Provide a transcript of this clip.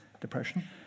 depression